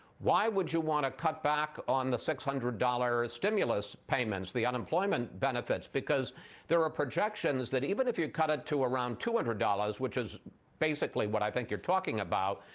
why would you want to cut back on the six hundred dollars stimulus payments, the unemployment benefits? because there are projections that even if you cut it to around two hundred dollars, which is basically what i think you're talking about,